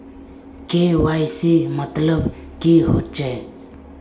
KYC मतलब की होचए?